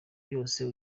yose